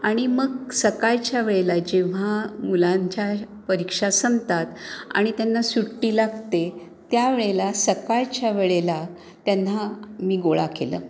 आणि मग सकाळच्या वेळेला जेव्हा मुलांच्या परीक्षा संपतात आणि त्यांना सुट्टी लागते त्या वेळेला सकाळच्या वेळेला त्यांना मी गोळा केलं